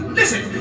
listen